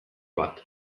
bat